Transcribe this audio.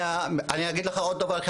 אני אגיד לך עוד דבר,